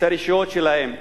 את הרשויות שלהם?